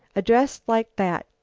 addressed like that.